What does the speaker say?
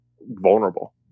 vulnerable